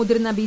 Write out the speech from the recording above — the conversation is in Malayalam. മുതിർന്ന ബി